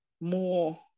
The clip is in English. more